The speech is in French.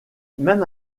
même